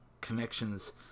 connections